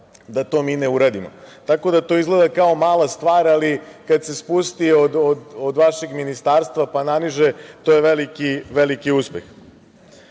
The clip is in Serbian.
da to mi ne uradimo. Tako da, to izgleda kao mala stvar, ali kad se spusti od vašeg ministarstva pa na niže, to je veliki uspeh. Kada